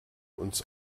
uns